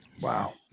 Wow